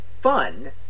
fun